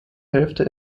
hälfte